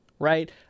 right